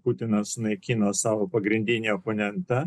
putinas naikino savo pagrindinį oponentą